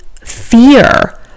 fear